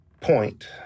point